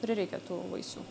prireikia tų vaisių